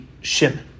Shimon